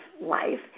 life